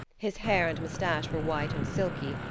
his hair and mustache were white and silky,